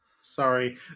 Sorry